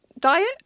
Diet